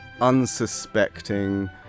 unsuspecting